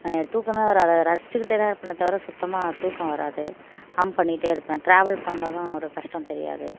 தூக்கமே வராது அதை ரசிச்சிக்கிட்டேதான் இருப்பனே தவர சுத்தமாக தூக்கம் வராது ஹம் பண்ணிகிட்டே இருப்பேன் ட்ராவல் பண்ணதும் ஒரு கஷ்டம் தெரியாது